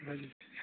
खोनादों